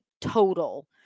total